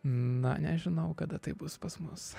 na nežinau kada taip bus pas mus